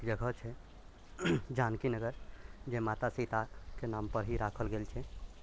एक जगह छै जानकी नगर जे माता सीताके नामपर ही राखल गेल छै